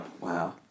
Wow